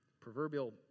proverbial